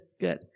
good